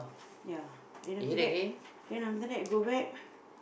ya then after that then after that go back